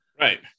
right